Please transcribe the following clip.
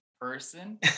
person